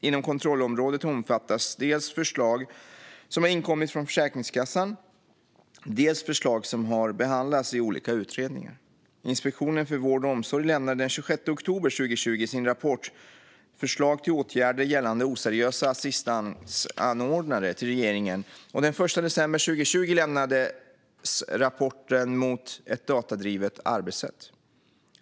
Inom kontrollområdet omfattas dels förslag som har inkommit från Försäkringskassan, dels förslag som har behandlats i olika utredningar. Inspektionen för vård och omsorg lämnade den 26 oktober 2020 sin rapport Förslag till åtgärder gällande oseriösa assistansanordnare till regeringen, och den 1 december 2020 lämnades rapporten Mot ett datadrivet arbetssätt .